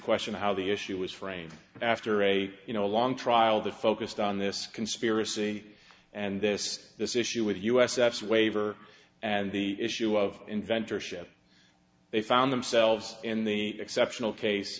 question of how the issue was framed after a you know long trial the focused on this conspiracy and this this issue with us absent waiver and the issue of inventor ship they found themselves in the exceptional case